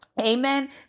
amen